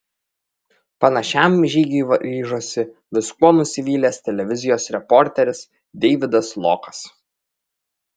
panašiam žygiui ryžosi viskuo nusivylęs televizijos reporteris deividas lokas